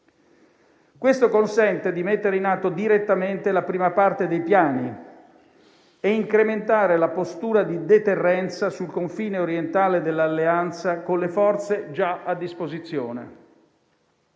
Questo consente di mettere in atto direttamente la prima parte dei piani e incrementare la postura di deterrenza sul confine orientale dell'Alleanza con le forze già a disposizione.